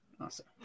awesome